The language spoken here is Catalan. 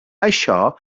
això